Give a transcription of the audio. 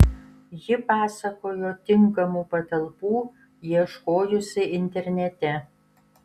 ji pasakojo tinkamų patalpų ieškojusi internete